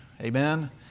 amen